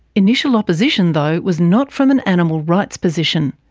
initial opposition, though, was not from an animal rights position.